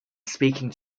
speaking